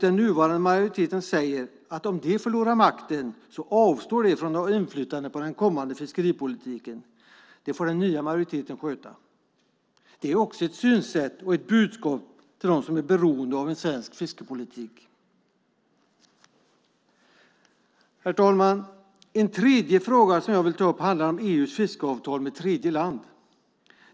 Den nuvarande majoriteten säger att de om de förlorar makten avstår från att ha inflytande på den kommande fiskeripolitiken. Det får den nya majoriteten sköta. Det är också ett synsätt och ett budskap till dem som är beroende av en svensk fiskepolitik. Herr talman! En tredje fråga som jag vill ta upp handlar om EU:s fiskeavtal med tredjeländer.